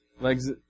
legs